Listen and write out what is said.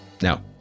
Now